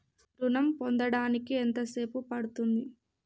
ఋణం పొందడానికి ఎంత సేపు పడ్తుంది?